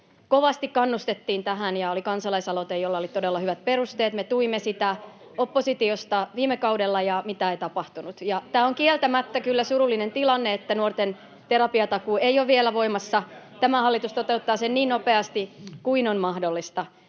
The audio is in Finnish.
kovasti kannustettiin tähän, ja oli kansalaisaloite, jolle oli todella hyvät perusteet. [Mauri Peltokangas: Ei löytynyt tahtotilaa!] Me tuimme sitä oppositiosta viime kaudella, ja mitään ei tapahtunut. Tämä on kieltämättä kyllä surullinen tilanne, että nuorten terapiatakuu ei ole vielä voimassa. [Mauri Peltokangas: Nyt tehdään!] Tämä hallitus toteuttaa sen niin nopeasti kuin on mahdollista.